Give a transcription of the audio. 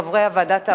חברי ועדת העבודה,